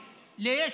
למה?